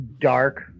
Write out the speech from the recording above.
dark